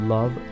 Love